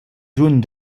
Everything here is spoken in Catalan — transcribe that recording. juny